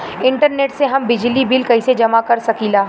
Internet से हम बिजली बिल कइसे जमा कर सकी ला?